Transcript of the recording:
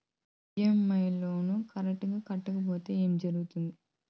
EMI loan correct గా కట్టకపోతే ఏం జరుగుతుంది